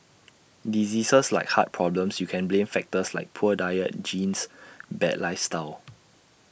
diseases like heart problems you can blame factors like poor diet genes bad lifestyle